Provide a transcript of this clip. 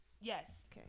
Yes